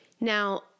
Now